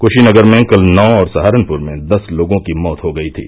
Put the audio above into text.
कुशीनगर में कल नौ और सहारनपुर में दस लोगों की मौत हो गई थी